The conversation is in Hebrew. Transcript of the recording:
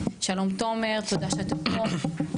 שלום תומר תודה שאתה פה.